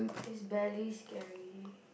is barely scary